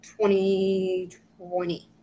2020